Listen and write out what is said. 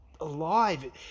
alive